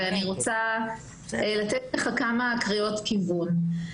ואני רוצה לתת כמה קריאות כיוון.